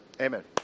Amen